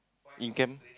in camp